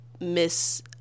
miss